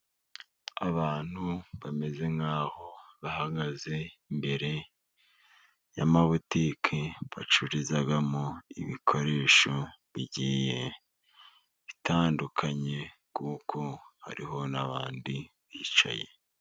Abantu bameze nkaho bahagaze imbere y' amabutike bacururizamo ibikoresho bigiye bitandukanye, kuko hariho n'abandi bicaye.